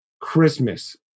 Christmas